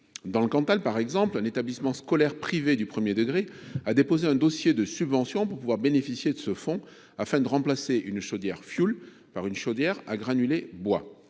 Dans le Cantal, par exemple, un établissement scolaire privé du premier degré a déposé un dossier de subvention pour pouvoir bénéficier de ce fonds, afin de remplacer une chaudière au fioul par une chaudière à granulés de bois.